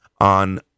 on